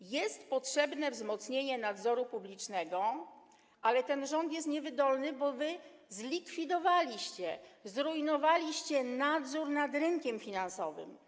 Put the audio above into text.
A więc jest potrzebne wzmocnienie nadzoru publicznego, ale ten rząd jest niewydolny, bo wy zlikwidowaliście, zrujnowaliście nadzór nad rynkiem finansowym.